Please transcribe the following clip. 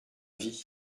vie